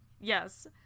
Yes